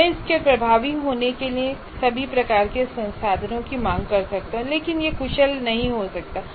मैं इसके प्रभावी होने के लिए सभी प्रकार के संसाधनों की मांग कर सकता हूं लेकिन यह कुशल नहीं हो सकता है